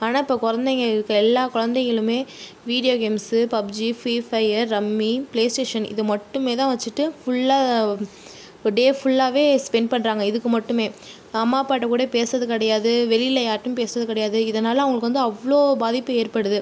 ஆனால் இப்போது குழந்தைங்க எல்லா குழந்தைகளுமே video games PUBG free fire rummy PlayStation இதை மட்டுமே தான் வச்சுட்டு ஃபுல்லாக டே ஃபுல்லாகவே ஸ்பெண்ட் பண்ணுறாங்க இதுக்கு மட்டுமே அம்மா அப்பாகிட்ட கூட பேசறது கிடையாது வெளியில் யாருகிட்டையும் பேசறது கிடையாது இதனால் அவங்களுக்கு வந்து அவ்வளோ பாதிப்பு ஏற்படுது